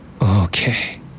Okay